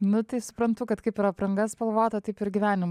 nu tai suprantu kad kaip ir apranga spalvota taip ir gyvenim